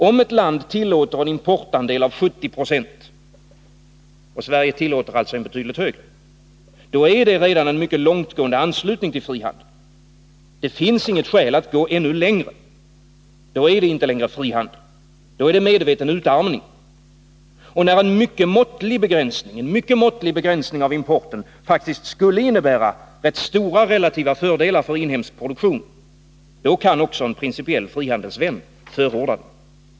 Om ett land tillåter en importandel av 70 96 — Sverige tillåter alltså en betydligt högre — då är det redan en mycket långtgående anslutning till frihandeln. Det finns inget skäl att gå ännu längre — då är det inte längre frihandel. Då är det medveten utarmning. Och när en mycket måttlig begränsning av importen faktiskt skulle innebära rätt stora relativa fördelar för inhemsk produktion, då kan också en principiell frihandelsvän förorda den.